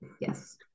yes